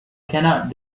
cannot